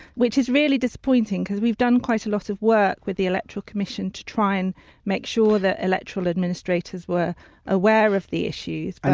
which is really disappointing because we've done quite a lot of work with the electoral commission to try and make sure that electoral administrators were aware of the issues.